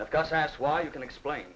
that's got that's why you can explain